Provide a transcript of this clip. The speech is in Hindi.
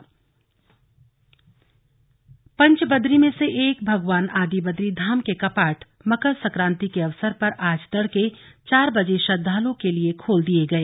आदिबदरी कपाट पंच बदरी में से एक भगवान आदिबदरी धाम के कपाट मकर संक्रांति के अवसर पर आज तड़के चार बजे श्रद्वालुओं के लिए खोल दिए गए